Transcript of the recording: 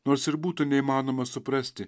nors ir būtų neįmanoma suprasti